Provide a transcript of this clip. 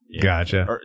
gotcha